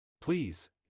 please